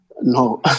No